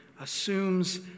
assumes